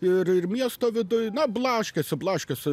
ir ir miesto viduj na blaškėsi blaškėsi